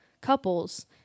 couples